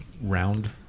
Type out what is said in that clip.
round